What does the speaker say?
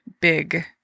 big